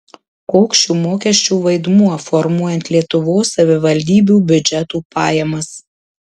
koks šių mokesčių vaidmuo formuojant lietuvos savivaldybių biudžetų pajamas